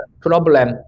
problem